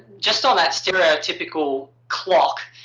just on that stereotypical clock.